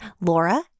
Laura